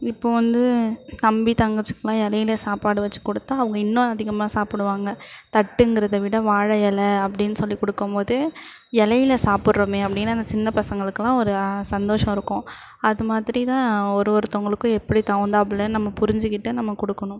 இப்போது வந்து தம்பி தங்கச்சிக்கெலாம் இலையில சாப்பாடு வச்சுக் கொடுத்தா அவங்க இன்னும் அதிகமாக சாப்பிடுவாங்க தட்டுங்கிறதை விட வாழை இல அப்படின்னு சொல்லிக் கொடுக்கம்போது இலையில சாப்பிட்றோமே அப்படின்னு அந்த சின்னப் பசங்களுக்கெலாம் ஒரு சந்தோஷம் இருக்கும் அது மாதிரி தான் ஒரு ஒருத்தவங்களுக்கும் எப்படி தகுத்தாப்பில் நம்ம புரிஞ்சுக்கிட்டு நம்ம கொடுக்கணும்